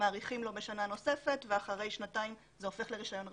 מאריכים לו בשנה נוספת ואחרי שנתיים זה הופך לרישיון רגיל.